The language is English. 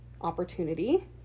opportunity